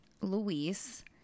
Luis